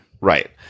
Right